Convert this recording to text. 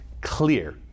clear